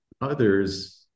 others